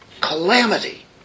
calamity